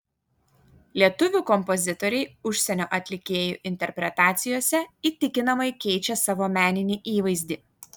lietuvių kompozitoriai užsienio atlikėjų interpretacijose įtikinamai keičia savo meninį įvaizdį